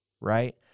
Right